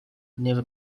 never